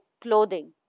clothing